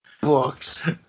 Books